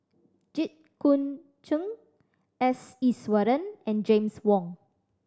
Jit Koon Ch'ng S Iswaran and James Wong